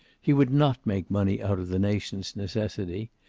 he would not make money out of the nation's necessity.